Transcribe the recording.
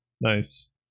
Nice